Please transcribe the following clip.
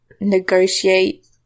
negotiate